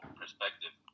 perspective